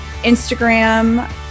instagram